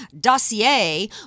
dossier